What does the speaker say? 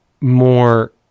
more